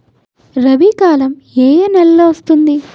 రబీ కాలం ఏ ఏ నెలలో వస్తుంది?